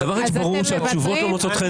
הדבר היחיד שברור שהתשובות לא מוצאות חן בעיניך.